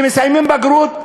שמסיימים בגרות,